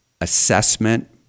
assessment